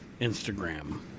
Instagram